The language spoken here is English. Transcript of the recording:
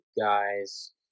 guys